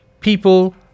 people